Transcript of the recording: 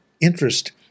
interest